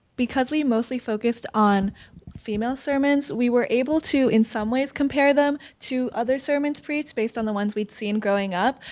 because we mostly focused on female sermons we were able to in some ways, compare them to other sermons preached, based on the ones we'd seen growing up.